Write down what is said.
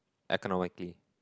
economically